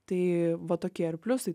tai va tokie ir pliusai